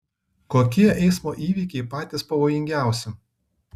kokie eismo įvykiai patys pavojingiausi